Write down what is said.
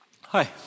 Hi